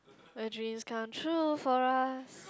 my dreams come true for us